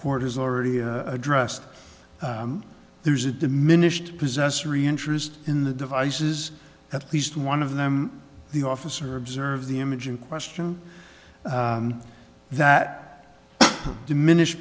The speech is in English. court has already addressed there's a diminished possessory interest in the devices at least one of them the officer observe the image in question that diminished